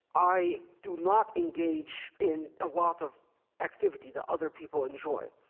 i do not engage in a lot of activity that other people enjoy.